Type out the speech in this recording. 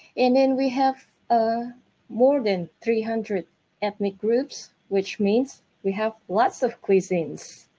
and then we have ah more than three hundred ethnic groups which means we have lots of cuisines.